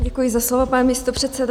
Děkuji za slovo, pane místopředsedo.